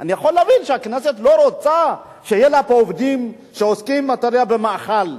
אני יכול להבין שהכנסת לא רוצה שיהיו לה עובדים שעוסקים במאכל,